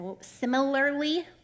similarly